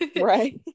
right